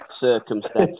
circumstances